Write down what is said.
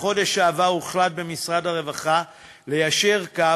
בחודש שעבר הוחלט במשרד הרווחה ליישר קו